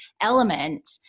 element